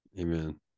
Amen